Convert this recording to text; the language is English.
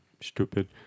Stupid